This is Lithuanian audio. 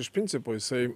iš principo jisai